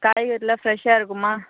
காய்கறிலாம் ஃப்ரெஷ்ஷாக இருக்குமா